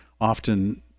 often